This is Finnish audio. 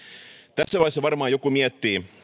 tässä vaiheessa varmaan joku miettii